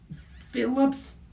Phillips